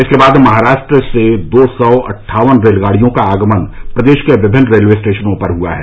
इसके बाद महाराष्ट्र से दो सौ अट्ठावन रेलगाड़ियों का आगमन प्रदेश के विभिन्न रेलवे स्टेशनों पर हुआ है